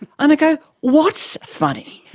and what's funny?